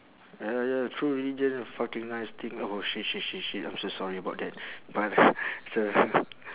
ya ya true religion fucking nice thing oh shit shit shit shit I'm so sorry about that but it's a